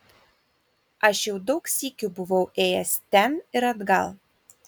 aš jau daug sykių buvau ėjęs ten ir atgal